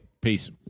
Peace